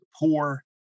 poor